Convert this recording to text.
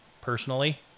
personally